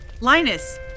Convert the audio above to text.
Linus